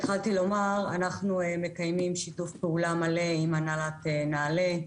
מקיימים שיתוף פעולה מלא עם הנהלת נעל"ה.